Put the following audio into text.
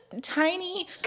tiny